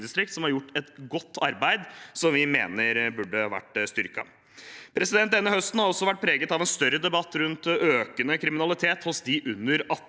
som har gjort et godt arbeid som vi mener burde vært styrket. Denne høsten har også vært preget av en større debatt rundt økende kriminalitet blant dem under 18 år,